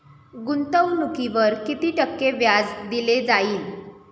गुंतवणुकीवर किती टक्के व्याज दिले जाईल?